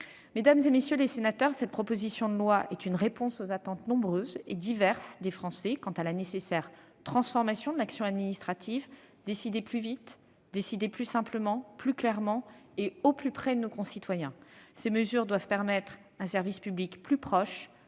Mesdames, messieurs les sénateurs, ce projet de loi est une réponse aux attentes nombreuses et diverses des Français quant à la nécessaire transformation de l'action administrative : il s'agit de décider plus vite, plus simplement, plus clairement, au plus près de nos concitoyens. Ces mesures doivent permettre un service public plus proche,